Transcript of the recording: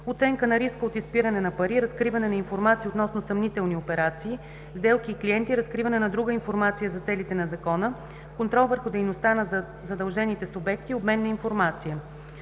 оценка на риска от изпиране на пари, разкриване на информация относно съмнителни операции, сделки и клиенти, разкриване на друга информация за целите на Закона, контрол върху дейността на задължените субекти и обмен на информация.